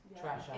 Trash